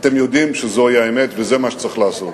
אתם יודעים שזוהי האמת וזה מה שצריך לעשות.